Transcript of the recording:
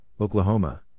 Oklahoma